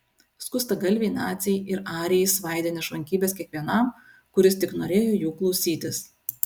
skustagalviai naciai ir arijai svaidė nešvankybes kiekvienam kuris tik norėjo jų klausytis